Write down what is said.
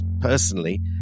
personally